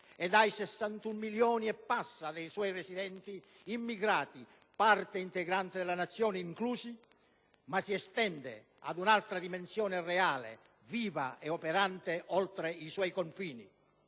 di 61 milioni dei suoi residenti (immigrati, parte integrante della Nazione, inclusi), ma si estende ad un'altra dimensione reale, viva e operante oltre i suoi confini.